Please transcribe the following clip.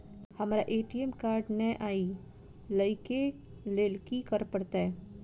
हमरा ATM card नै अई लई केँ लेल की करऽ पड़त?